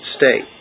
state